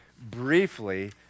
briefly